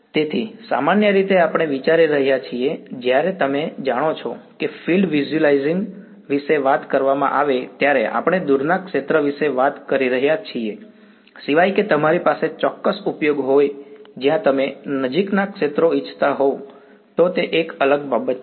તેથી સામાન્ય રીતે આપણે વિચારી રહ્યા છીએ જ્યારે તમે જાણો છો કે ફિલ્ડ વિઝ્યુલાઇઝિંગ વિશે વાત કરવામાં આવે ત્યારે આપણે દૂરના ક્ષેત્ર વિશે વાત કરી રહ્યા છીએ સિવાય કે તમારી પાસે ચોક્કસ ઉપયોગ હોય જ્યાં તમે નજીકના ક્ષેત્રો ઇચ્છતા હોવ તો તે એક અલગ બાબત છે